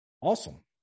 Awesome